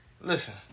Listen